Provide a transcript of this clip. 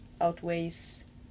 outweighs